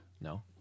No